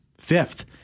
fifth